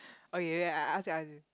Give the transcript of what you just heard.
okay then I ask you I ask you